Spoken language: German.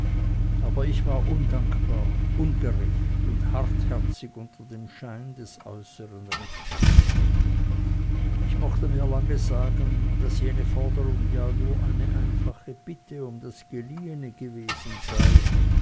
aber ich war undankbar ungerecht und hartherzig unter dem scheine des äußern rechtes ich mochte mir lange sagen daß jene forderung ja nur eine einfache bitte um das geliehene gewesen sei